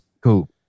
Cool